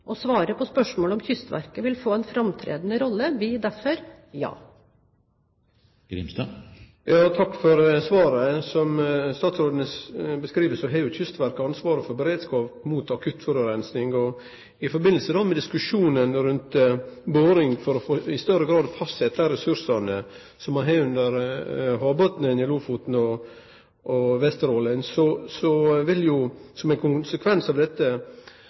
få ei framtredande rolle, blir derfor ja. Takk for svaret. Som statsråden beskriv det, har jo Kystverket ansvaret for beredskap mot akutt forureining. I samband med diskusjonen rundt boring for i større grad å fastleggje dei ressursane som ein har under havbotnen utanfor Lofoten og Vesterålen, vil jo ein konsekvens av dette